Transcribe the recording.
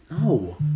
No